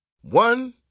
One